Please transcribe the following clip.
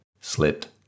slipped